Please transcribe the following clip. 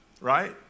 right